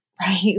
right